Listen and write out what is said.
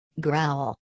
Growl